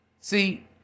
See